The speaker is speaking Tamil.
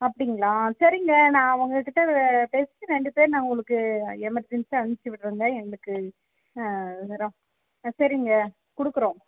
அப்டிங்களா சரிங்க நான் உங்ககிட்ட டெஸ்டு ரெண்டு பேர் நான் உங்களுக்கு எமர்ஜன்சியாக அமிசிவிட்ரங்க எங்களுக்கு சரிங்க கொடுக்குறோம்